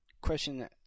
question